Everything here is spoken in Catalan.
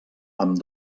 amb